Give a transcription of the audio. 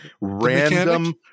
random